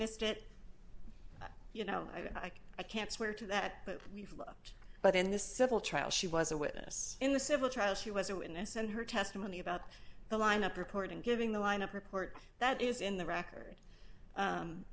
missed it you know i can i can't swear to that but we've looked but in the civil trial she was a witness in the civil trial she was a witness and her testimony about the lineup record and giving the lineup report that is in the record